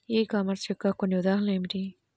ఈ కామర్స్ యొక్క కొన్ని ఉదాహరణలు ఏమిటి?